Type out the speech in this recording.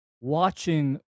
watching